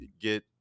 get